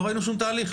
לא ראינו שום תהליך,